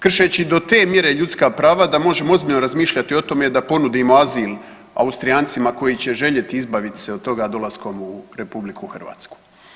Kršeći do te mjere ljudska prava da možemo ozbiljno razmišljati o tome da ponudimo azil Austrijancima koji će željeti izbavit se od toga dolaskom u Republiku Hrvatsku.